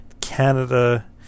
Canada